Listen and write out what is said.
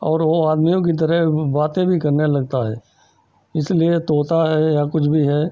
और वह आदमियों की तरह बातें भी करने लगता है इसलिए तोता है या कुछ भी है